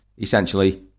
essentially